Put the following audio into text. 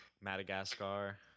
Madagascar